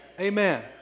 Amen